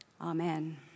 Amen